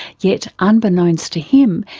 yet unbeknownst to him,